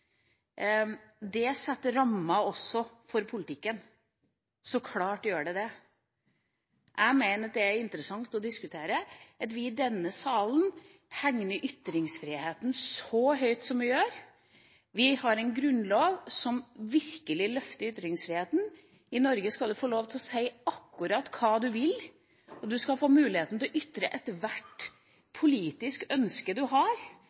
Det setter rammer også for politikken – så klart gjør det det. Jeg mener at det er interessant å diskutere at vi i denne salen hegner om ytringsfriheten så sterkt som vi gjør. Vi har en grunnlov som virkelig løfter ytringsfriheten. I Norge skal du få lov til å si akkurat hva du vil, og du skal få muligheten til å ytre ethvert politisk ønske du har